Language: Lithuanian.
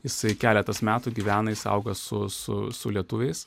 jisai keletas metų gyvena jis auga su su su lietuviais